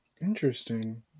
Interesting